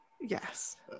yes